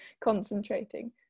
concentrating